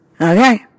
Okay